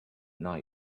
night